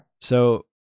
So-